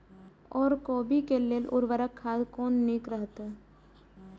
ओर कोबी के लेल उर्वरक खाद कोन नीक रहैत?